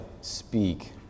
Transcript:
speak